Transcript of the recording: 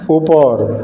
उपर